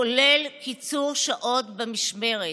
כולל קיצור השעות במשמרת".